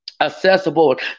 accessible